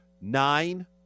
nine